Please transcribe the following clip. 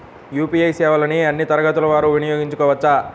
UPI సేవలని అన్నీ తరగతుల వారు వినయోగించుకోవచ్చా?